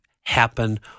happen